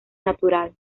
natural